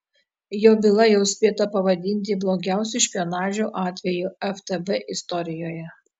jo byla jau spėta pavadinti blogiausiu špionažo atveju ftb istorijoje